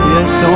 Yes